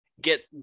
get